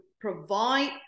provide